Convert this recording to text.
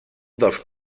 dels